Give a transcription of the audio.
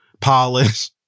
polish